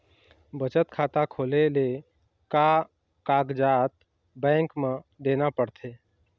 बचत खाता खोले ले का कागजात बैंक म देना पड़थे?